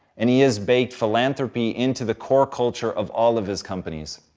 and he has baked philanthropy into the core culture of all of his companies.